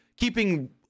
keeping